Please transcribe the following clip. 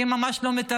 כי הם ממש לא מקבלים.